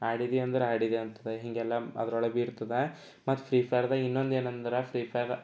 ಆಡಿದೀ ಅಂದರೆ ಆಡಿದೀ ಅಂತದೆ ಹೀಗೆಲ್ಲ ಅದರೊಳು ಬಿ ಇರ್ತದೆ ಮತ್ತೆ ಫ್ರೀ ಫೈರ್ದಾಗೆ ಇನ್ನೊಂದು ಏನೆಂದ್ರೆ ಫ್ರೀ ಫೈರ್